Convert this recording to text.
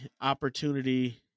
opportunity